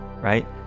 right